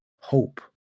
hope